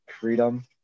freedom